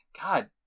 God